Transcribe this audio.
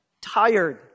tired